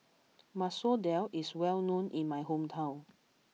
Masoor Dal is well known in my hometown